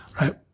Right